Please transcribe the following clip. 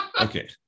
Okay